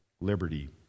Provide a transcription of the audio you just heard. liberty